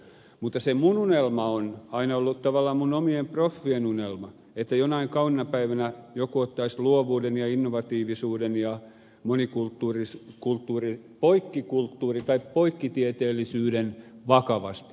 mutta se minun unelmani on aina ollut tavallaan minun omien proffieni unelma että jonain kauniina päivänä joku ottaisi luovuuden ja innovatiivisuuden ja monikulttuurisuuden poikkikulttuurisuuden tai poikkitieteellisyyden vakavasti